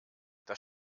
das